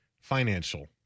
financial